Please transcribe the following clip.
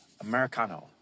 Americano